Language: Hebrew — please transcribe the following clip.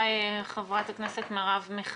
סדר-היום: קריסת השירותים החברתיים במדינת ישראל,